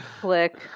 Click